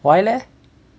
why leh